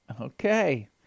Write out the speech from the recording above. Okay